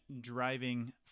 driving